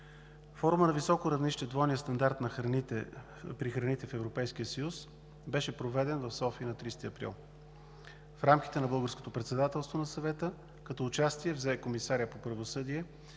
Форумът на високо равнище „Двойният стандарт при храните в ЕС“ беше проведен в София на 30 април, в рамките на Българското председателство на Съвета, като участие взе комисарят по правосъдие